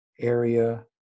area